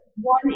one